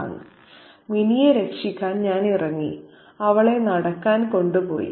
' മിനിയെ രക്ഷിക്കാൻ ഞാൻ ഇറങ്ങി അവളെ നടക്കാൻ കൊണ്ടുപോയി